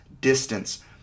distance